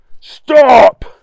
Stop